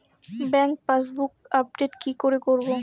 Bank passbook update কি করে করবো?